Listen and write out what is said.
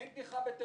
אין תמיכה בטרור,